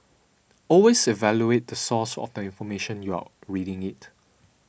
always evaluate the source of the information you're reading it